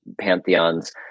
pantheons